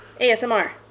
ASMR